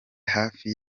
hafi